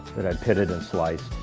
pitted and sliced.